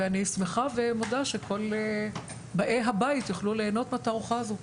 ואני שמחה ומודה שכל באי הבית יוכלו להנות מהתערוכה הזו.